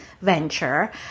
venture